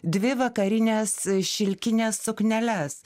dvi vakarines šilkines sukneles